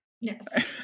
Yes